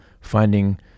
finding